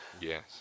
Yes